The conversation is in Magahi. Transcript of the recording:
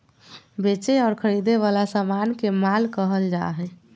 बेचे और खरीदे वला समान के माल कहल जा हइ